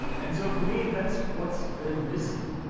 and so for me that's what's been missing,